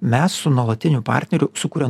mes su nuolatiniu partneriu su kuriuo